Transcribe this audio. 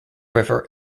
river